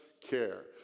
care